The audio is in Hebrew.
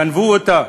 גנבו אותה,